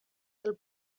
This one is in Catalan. del